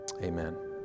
amen